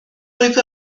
oedd